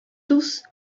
дус